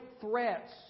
threats